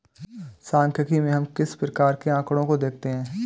सांख्यिकी में हम किस प्रकार के आकड़ों को देखते हैं?